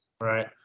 Right